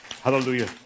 Hallelujah